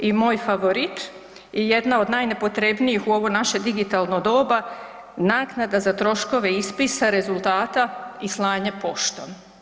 I moj favorit je jedna od najnepotrebnijih u ovo naše digitalno doma naknada za troškove ispisa rezultata i slanje poštom.